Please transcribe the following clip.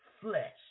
flesh